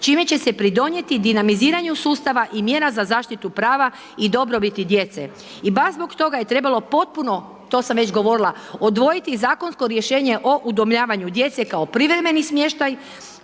čime će se pridonijeti dinamiziranju sustava i mjera za zaštitu prava i dobrobiti djece i baš zbog toga je trebalo potpuno, to sam već govorila, odvojiti zakonsko rješenje o udomljavanju djece kao privremeni smještaj